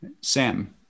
sam